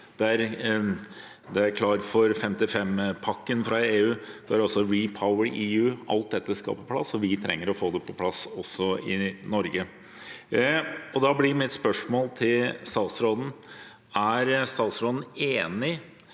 Klar for 55pakken fra EU og også REPowerEU. Alt dette skal på plass, og vi trenger å få det på plass også i Norge. Da blir mitt spørsmål til statsråden: Er statsråden enig